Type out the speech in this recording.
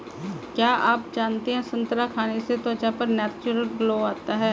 क्या आप जानते है संतरा खाने से त्वचा पर नेचुरल ग्लो आता है?